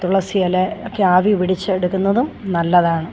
തുളസി ഇല ഒക്കെ ആവി പിടിച്ചെടുക്കുന്നതും നല്ലതാണ്